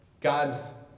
God's